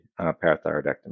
parathyroidectomy